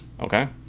okay